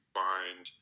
find